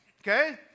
okay